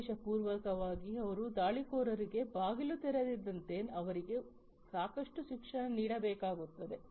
ಉದ್ದೇಶಪೂರ್ವಕವಾಗಿ ಅವರು ದಾಳಿಕೋರರಿಗೆ ಬಾಗಿಲು ತೆರೆಯದಂತೆ ಅವರಿಗೆ ಸಾಕಷ್ಟು ಶಿಕ್ಷಣ ನೀಡಬೇಕಾಗುತ್ತದೆ